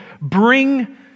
bring